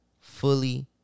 Fully